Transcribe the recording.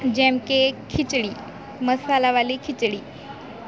જેમકે ખીચડી મસાલાવાળી ખીચડી